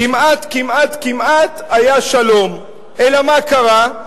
כמעט כמעט כמעט היה שלום, אלא מה קרה?